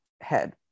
head